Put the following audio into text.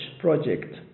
project